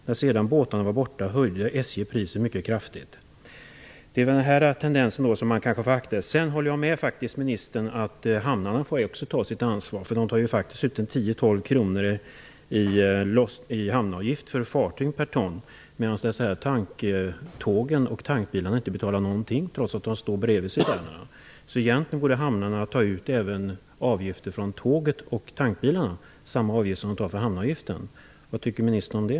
När sedan båtarna var borta höjde SJ priset mycket kraftigt. Det är den här tendensen som man får akta sig för. Jag håller faktiskt med ministern om att hamnarna också får ta sitt ansvar. De tar ut 10--12 kr per ton i hamnavgift för fartyg, medan tanktågen och tankbilarna inte betalar någonting, trots att de står intill. Så egentligen borde hamnarna ta ut avgifter motsvarande hamnavgifterna även av tågen och tankbilarna. Vad tycker ministern om det?